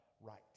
right